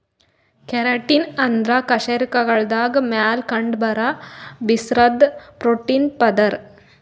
keratin ಅಂದ್ರ ಕಶೇರುಕಗಳ್ದಾಗ ಮ್ಯಾಲ್ ಕಂಡಬರಾ ಬಿರ್ಸಾದ್ ಪ್ರೋಟೀನ್ ಪದರ್